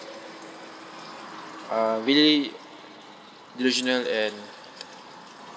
uh really delusional and